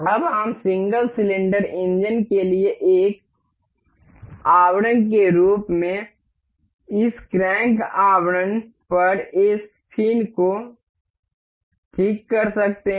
अब हम single cylinder engine के लिए एक आवरण के रूप में इस क्रैंक आवरण पर इस फिन को ठीक कर सकते हैं